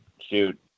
shoot